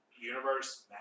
universe